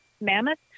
Mammoth